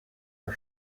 are